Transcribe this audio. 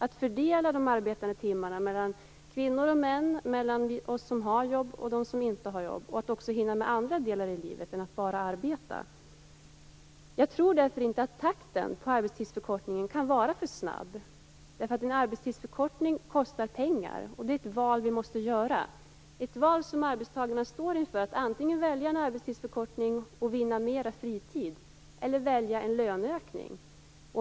Det handlar om att fördela arbetstimmarna mellan kvinnor och män och mellan dem som har jobb och dem som inte har jobb. Och det handlar om att också hinna med att göra andra saker i livet än att bara arbeta. Jag tror därför inte att takten på arbetstidsförkortningen kan vara för snabb. En arbetstidsförkortning kostar pengar, och det är ett val vi måste göra. Det är ett val som arbetstagarna står inför. Antingen väljer man en arbetstidsförkortning och vinner mer fritid eller så väljer man en löneökning.